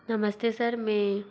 नमस्ते सर में